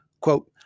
quote